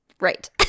Right